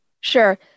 Sure